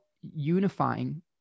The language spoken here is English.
unifying